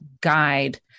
guide